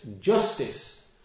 justice